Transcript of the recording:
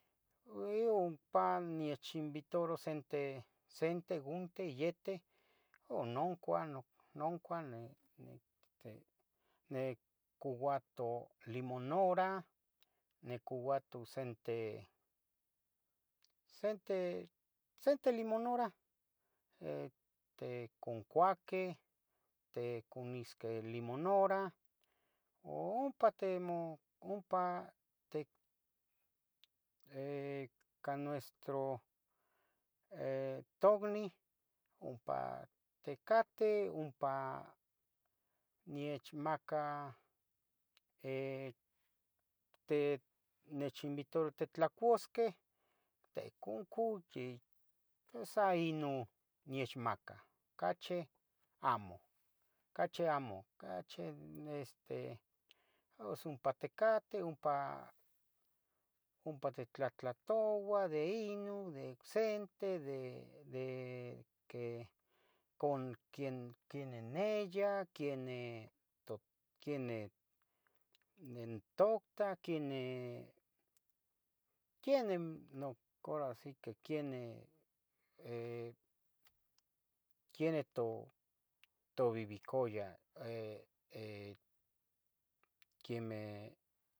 iumpa onechinvitaroh sente, sente iunte yeteh, ononcuah, noncuah, nic, nicouato limonorah, nicouato sente, sente, sente limonorah, este concuaqueh, este conisqueh limonorah, o ompa timo, ompa tic eh, cah nuestro eh tocniu, ompa ticateh, ompa niechmaca eh, te niechinvitaroh titlacusqueh, teconcu ie sa ino nechmaca ocachi amo. ocachi amo, ocachi, este, os ompa ticateh, ompa titlahtlatoua de ino de ocsente de, de que con quien quenih neyah quenih to quenih de totah, quenih, quenih nom hora si que quenih eh quenih to tovivicoyan, quiemeh